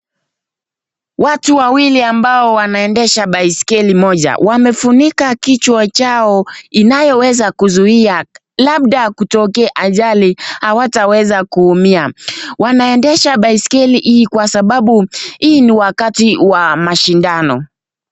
Watu wawili ambao wanaendesha baiskeli moja. Wamefunika kijwa chao inayoweza kuzuia labda kutokea ajali hawataweza kuumia . Wanaendesha baiskeli hii kwa sababu hii ni wakati wa mashindano.